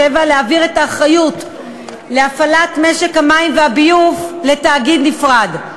להעביר את האחריות להפעלת משק המים והביוב לתאגיד נפרד.